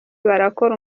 barakora